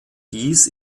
dies